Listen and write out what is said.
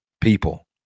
people